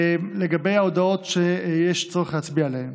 לגבי ההודעות שיש צורך להצביע עליהן,